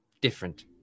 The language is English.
different